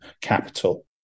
capital